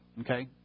okay